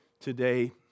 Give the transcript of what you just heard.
today